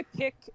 pick